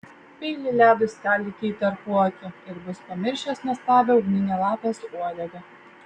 peilį ledui skaldyti į tarpuakį ir bus pamiršęs nuostabią ugninę lapės uodegą